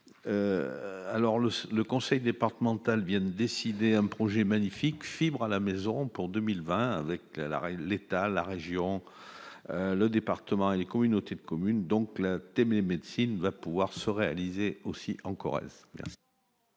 alors le le conseil départemental Bien décidé un projet magnifique fibre à la maison pour 2020 avec la règle, l'État, la région, le département et les communautés de communes, donc la médecine va pouvoir se réaliser aussi encore. Merci